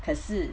可是